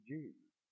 Jesus